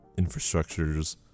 infrastructures